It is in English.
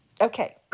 Okay